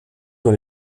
dans